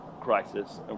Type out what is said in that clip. crisis